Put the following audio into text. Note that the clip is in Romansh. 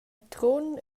trun